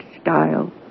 style